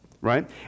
right